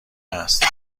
است